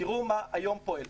תראו מה היום פועל.